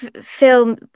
film